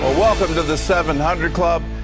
ah welcome to the seven hundred club.